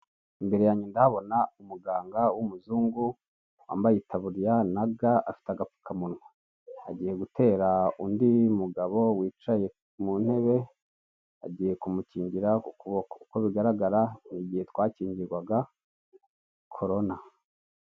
Imbere yange ndahabona umuganga w'umuzungu, wambaye itaburiya na ga afite agapfukamunwa. Agiye gutera undi mugabo wicaye mu ntebe, agiye kumukingira ukuboko. Uko bigaragara ni igihe twakingirwaga korona.